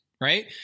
right